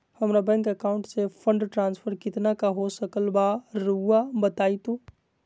हमरा bank account से fund transfer कितना का हो सकल बा रुआ बताई तो?